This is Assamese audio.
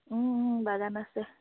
বাগান আছে